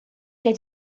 quer